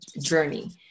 journey